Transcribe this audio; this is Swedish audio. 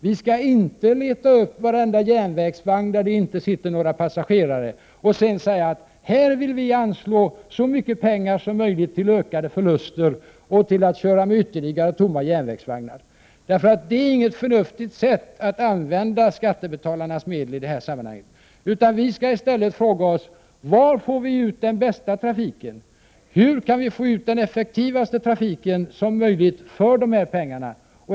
Vi skall inte leta efter varenda järnvägsvagn där det inte sitter några passagerare och sedan säga: Här vill vi anslå så mycket pengar som möjligt för att täcka ökade förluster och köra ytterligare tomma järnvägsvagnar. Det äringet förnuftigt sätt att använda skattebetalarnas medel på. Vi skalli stället fråga oss var vi får den bästa trafiken. Hur kan vi få en så effektiv trafik som möjligt för de här pengarna?